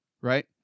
right